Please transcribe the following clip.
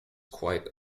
quite